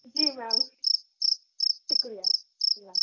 جی ma'am شکریہ اللہ